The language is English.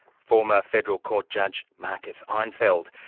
former federal court judge, marcus einfeld,